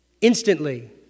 Instantly